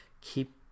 keep